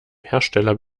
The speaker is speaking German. hersteller